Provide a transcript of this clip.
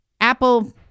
Apple